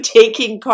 taking